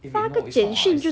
eh wait no it's not it's